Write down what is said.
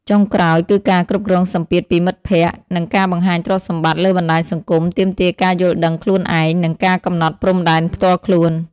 ចុងក្រោយ គឺការគ្រប់គ្រងសម្ពាធពីមិត្តភក្តិ និងការបង្ហាញទ្រព្យសម្បត្តិលើបណ្តាញសង្គមទាមទារការយល់ដឹងខ្លួនឯង និងការកំណត់ព្រំដែនផ្ទាល់ខ្លួន។